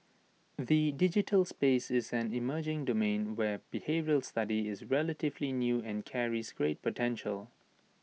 the digital space is an emerging domain where behavioural study is relatively new and carries great potential